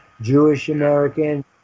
Jewish-American